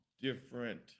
different